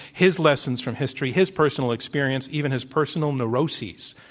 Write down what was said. his lessons from history, his personal experience, even his personal neuroses.